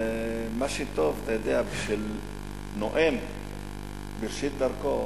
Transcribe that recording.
מה שטוב, אתה יודע, בשביל נואם בראשית דרכו